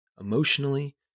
emotionally